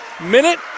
minute